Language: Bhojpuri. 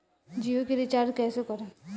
जियो के रीचार्ज कैसे करेम?